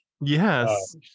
yes